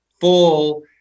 full